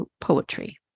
poetry